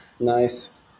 Nice